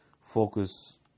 focus